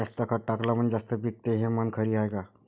जास्त खत टाकलं म्हनजे जास्त पिकते हे म्हन खरी हाये का?